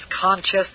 conscious